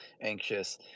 anxious